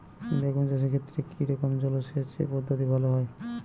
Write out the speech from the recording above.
বেগুন চাষের ক্ষেত্রে কি রকমের জলসেচ পদ্ধতি ভালো হয়?